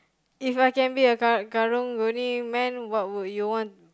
If I can be a karang karang-guni man what would you want